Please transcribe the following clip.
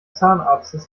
zahnarztes